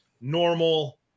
normal